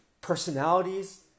personalities